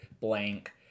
blank